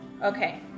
Okay